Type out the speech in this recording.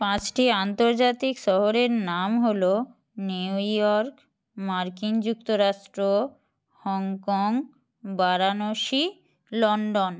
পাঁচটি আন্তর্জাতিক শহরের নাম হলো নিউ ইয়র্ক মার্কিন যুক্তরাষ্ট্র হংকং বারাণসী লন্ডন